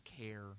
care